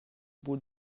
bout